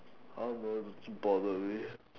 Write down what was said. I don't know does he bother really